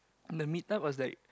the meet up was like